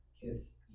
Kiss